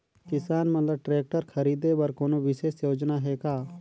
किसान मन ल ट्रैक्टर खरीदे बर कोनो विशेष योजना हे का?